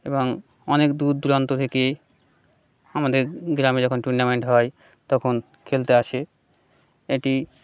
এবং অনেক দূর দূরান্ত থেকে আমাদের গ্রামে যখন টুর্নামেন্ট হয় তখন খেলতে আসে এটি